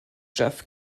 jeff